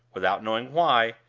without knowing why,